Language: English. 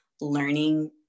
learning